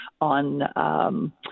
on